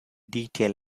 detail